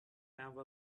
have